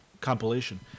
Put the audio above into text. compilation